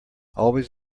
always